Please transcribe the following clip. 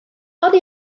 oddi